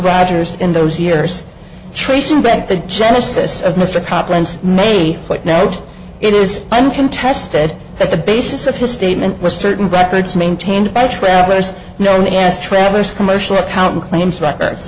rogers in those years tracing back the genesis of mr copland maybe but now it is uncontested that the basis of his statement was certain records maintained by travelers known as travelers commercial accountant claims records